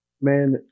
Man